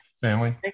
family